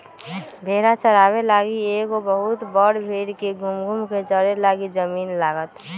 भेड़ा चाराबे लागी एगो बहुत बड़ भेड़ के घुम घुम् कें चरे लागी जमिन्न लागत